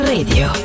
Radio